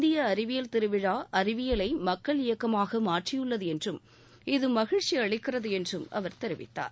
இந்திய அறிவியல் திருவிழா அறிவியலை மக்கள் இயக்கமாக மாற்றியுள்ளது என்றும் இது மகிழ்ச்சி அளிக்கிறது என்றும் அவர் தெரிவித்தார்